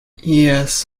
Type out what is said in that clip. yes